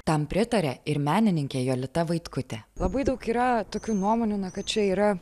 tam pritaria ir menininkė jolita vaitkutė labai daug yra tokių nuomonių na kad čia yra